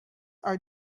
are